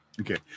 Okay